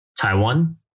Taiwan